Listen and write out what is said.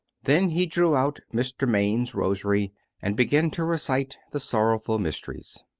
then he drew out mr. maine's rosary and began to recite the sorrowful mysteries.